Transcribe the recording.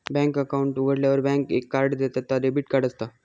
bank account उघाडल्यार bank एक card देता ता डेबिट कार्ड असता